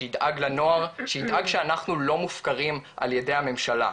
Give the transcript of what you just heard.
שידאג לנוער שידאג שאנחנו לא מופקרים על ידי הממשלה,